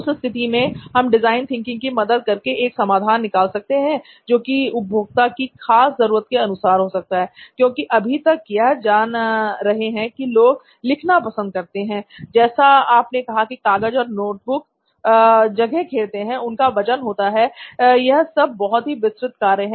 उस स्थिति में हम डिजाइन थिंकिंग की मदद लेकर एक समाधान निकाल सकते हैं जो की उपभोक्ता की खास जरूरत के अनुसार हो सकता है क्योंकि अभी हम यह जान रहे हैं कि लोग लिखना पसंद करते हैं जैसा आपने कहा की कागज़ और नोटबुक जगह घेरते हैं उनका वजन होता है यह सब बहुत ही विस्तृत कार्य हैं